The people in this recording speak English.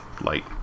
Light